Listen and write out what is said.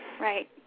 Right